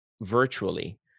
virtually